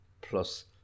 plus